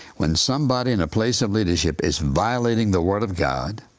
when somebody in a place of leadership is violating the word of god,